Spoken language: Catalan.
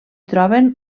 troben